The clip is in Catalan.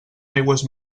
aigües